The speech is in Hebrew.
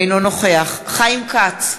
אינו נוכח חיים כץ,